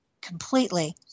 completely